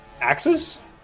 Axes